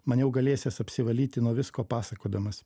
maniau galėsiąs apsivalyti nuo visko pasakodamas